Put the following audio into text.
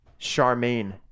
charmaine